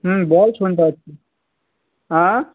হুম বল শুনতে পাচ্ছি অ্যাঁ